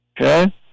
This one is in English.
okay